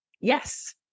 Yes